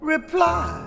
Reply